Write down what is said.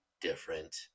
different